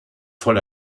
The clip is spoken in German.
voll